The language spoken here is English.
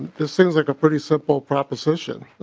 this seems like a pretty simple proposition.